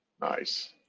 nice